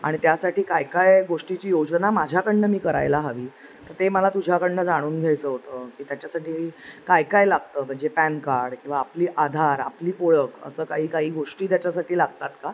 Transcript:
आणि त्यासाठी काय काय गोष्टीची योजना माझ्याकडनं मी करायला हवी ते मला तुझ्याकडनं जाणून घ्यायचं होतं की त्याच्यासाठी काय काय लागतं म्हणजे पॅन कार्ड किंवा आपली आधार आपली कोळक असं काही काही गोष्टी त्याच्यासाठी लागतात का